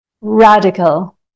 radical